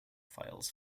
files